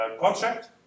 contract